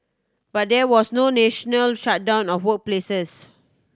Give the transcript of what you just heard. but there was no national shutdown of workplaces